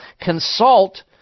consult